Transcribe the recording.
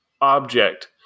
object